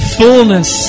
fullness